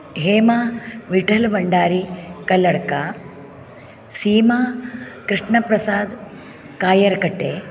Hema Vithal Bhandari Kalladka Seema Krishnaprasad Kayarkatte